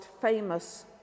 famous